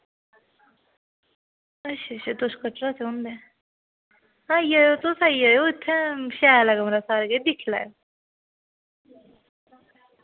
अच्छा अच्छा तुस कटरा च रौंह्दे आई जाएयो तुस आई जायो इत्थैं शैल ऐ कमरा सारा किश दिक्खी लैएओ